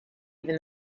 even